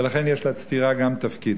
ולכן לצפירה יש גם תפקיד.